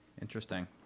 Interesting